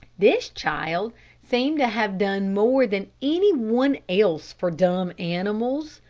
this child seemed to have done more than any one else for dumb animals.